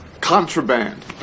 contraband